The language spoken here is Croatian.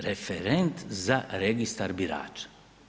Referent za registar birača.